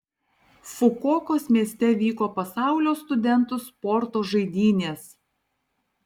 fukuokos mieste vyko pasaulio studentų sporto žaidynės